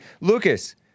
Lucas